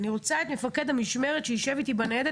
אני רוצה שמפקד המשמרת יישב אתי בניידת